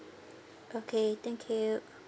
okay thank you